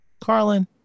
Carlin